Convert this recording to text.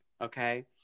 okay